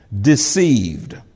deceived